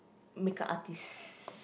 makeup artist